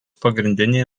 pagrindinė